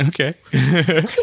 Okay